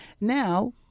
now